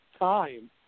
time